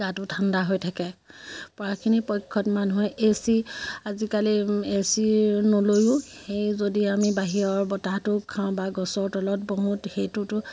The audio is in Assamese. গাটো ঠাণ্ডা হৈ থাকে পৰাখিনি পক্ষত মানুহে এ চি আজিকালি এ চি নলৈয়ো সেই যদি আমি বাহিৰৰ বতাহটো খাওঁ বা গছৰ তলত বহো সেইটোতো